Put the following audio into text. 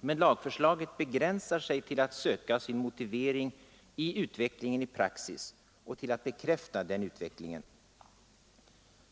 Men lagförslaget begränsar sig till att söka sin motivering i utvecklingen i praxis och till att bekräfta denna utveckling.